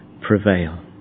prevail